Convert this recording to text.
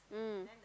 mm